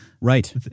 Right